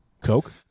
Coke